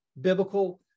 biblical